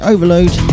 Overload